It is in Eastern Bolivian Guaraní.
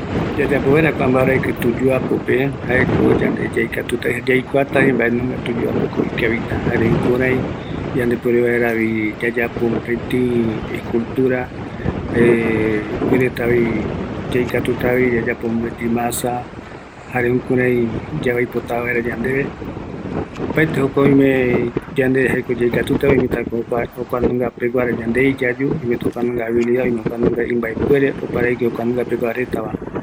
Yayapoa vaera escultura tuyuapope, oɨmetako yandepoki kuanunga mbaravɨkɨpe, oïmei kuanunga mbaravɨkɨ iyaporeta, oipota, oaɨu ramo, yaikatuta ko yaeka ɨvɨ ikavigue yamoamaja kavivaera